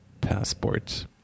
passport